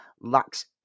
lacks